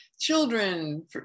children